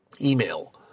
Email